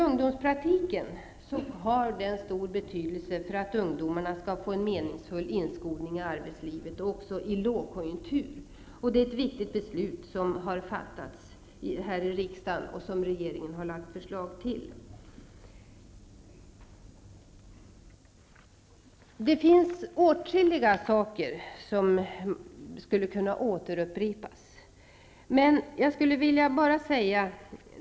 Ungdomspraktiken har stor betydelse för att ungdomar, även i lågkonjunktur, skall få en meningsfull inskolning i arbetslivet, och det beslut som regeringen har lagt fram förslag om, och som riksdagen har fattat beslut om, i den frågan är viktigt. Åtskilliga saker skulle kunna återupprepas.